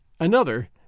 Another